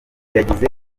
yagize